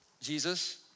Jesus